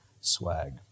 Swag